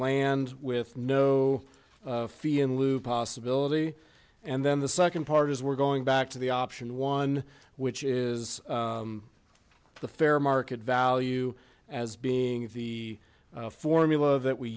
land with no fee in lieu possibility and then the second part is we're going back to the option one which is the fair market value as being the formula that we